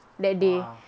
!wah!